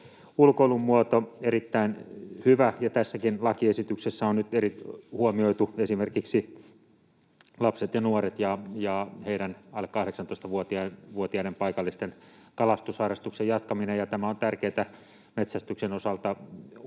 ulkoilumuoto, erittäin hyvä, ja tässäkin lakiesityksessä on nyt huomioitu esimerkiksi lapset ja nuoret ja alle 18-vuotiaiden paikallisten kalastusharrastuksen jatkaminen, ja tämä on tärkeätä metsästyksen osalta.